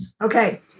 Okay